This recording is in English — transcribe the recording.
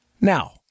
Now